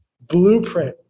blueprint